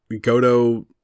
Goto